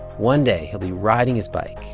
one day, he'll be riding his bike,